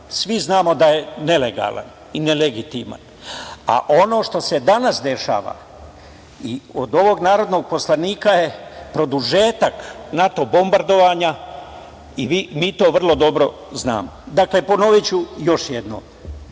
svi znamo da je nelegalan i nelegitiman, a ono što se danas dešava, i od ovog narodnog poslanika, je produžetak NATO bombardovanja i mi to vrlo dobro znamo. Dakle, ponoviću još jednom.